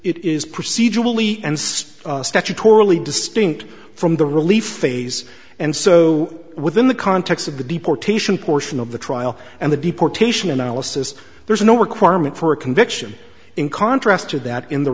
it is procedurally and six statutorily distinct from the relief phase and so within the context of the deportation portion of the trial and the deportation analysis there is no requirement for a conviction in contrast to that in the